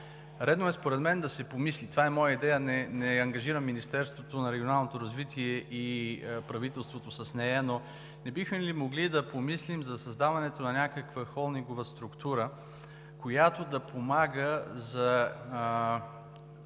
Редно е според мен да се помисли. Това е моя идея, не ангажирам Министерството на регионалното развитие и благоустройството и правителството с нея, но не бихме ли могли да помислим за създаването на някаква холдингова структура, която да помага за